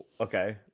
Okay